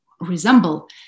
resemble